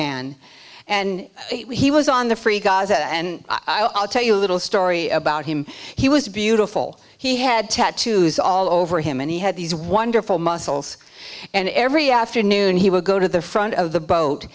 man and he was on the free gaza and i'll tell you a little story about him he was beautiful he had tattoos all over him and he had these wonderful muscles and every afternoon he would go to the front of the boat